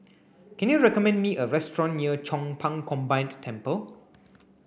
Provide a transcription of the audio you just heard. can you recommend me a restaurant near Chong Pang Combined Temple